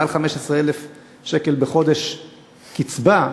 מעל 15,000 שקל בחודש קצבה,